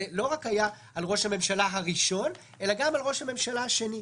זה לא רק היה על ראש הממשלה הראשון אלא גם על ראש הממשלה השני.